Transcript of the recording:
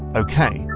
okay,